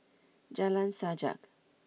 Jalan Sajak